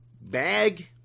bag